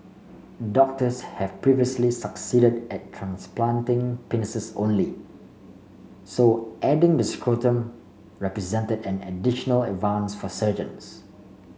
doctors have previously succeeded at transplanting penises only so adding the scrotum represented an additional advance for surgeons